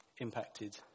impacted